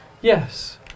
yes